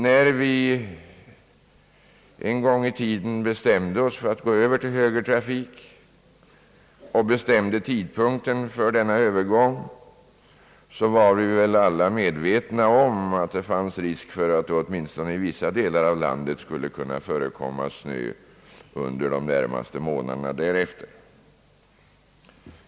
När vi en gång i tiden bestämde oss för att gå över till högertrafik och fastställde tidpunkten för övergången, var vi väl alla medvetna om att det fanns risk för att det åtminstone i vissa delar av landet skulle kunna förekomma snö under de närmaste månaderna därefter.